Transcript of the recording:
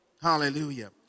Hallelujah